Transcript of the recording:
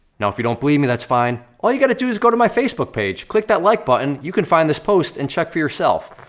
now if you don't believe me, that's fine. all you gotta do is go to my facebook page, click that like button, you can find this post and check for yourself.